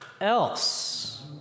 else